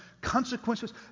consequences